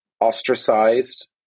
ostracized